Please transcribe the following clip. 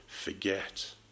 forget